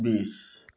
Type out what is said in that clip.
বিছ